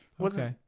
Okay